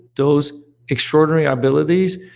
those extraordinary abilities,